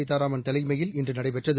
சீதாராமன் தலைமையில் இன்று நடைபெற்றது